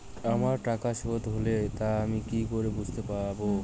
আমার টাকা শোধ হলে তা আমি কি করে বুঝতে পা?